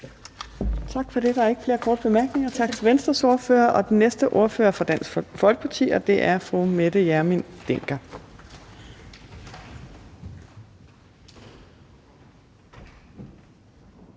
Tak for det. Der er ikke flere korte bemærkninger. Tak til Venstres ordfører. Den næste ordfører er fra Dansk Folkeparti, og det er fru Mette Hjermind Dencker.